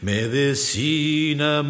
Medicina